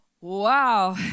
wow